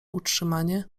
utrzymanie